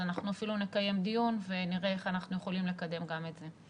אז אנחנו אפילו נקיים דיון ונראה איך אנחנו יכולים לקדם גם את זה.